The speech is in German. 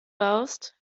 baust